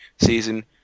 season